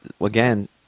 again